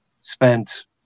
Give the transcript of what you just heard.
spent